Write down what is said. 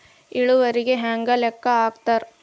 ಇಳುವರಿನ ಹೆಂಗ ಲೆಕ್ಕ ಹಾಕ್ತಾರಾ